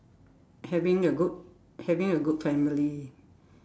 having a good having a good family